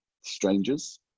strangers